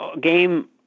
game